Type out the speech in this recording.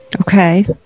Okay